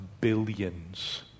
billions